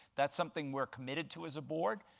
that's something we're committed to as a board,